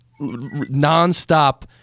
nonstop